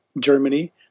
Germany